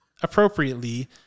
appropriately